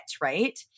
Right